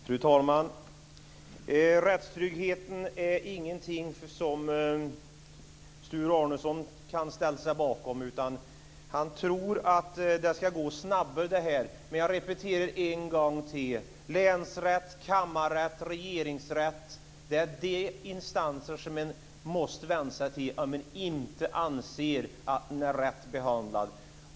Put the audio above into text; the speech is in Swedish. Fru talman! Rättstryggheten är ingenting som Sture Arnesson kan ställa sig bakom. Han tror att det här ska gå snabbare. Men jag repeterar en gång till att länsrätten, kammarrätten och Regeringsrätten är de instanser som man måste vända sig till om man inte anser att man är rätt behandlad.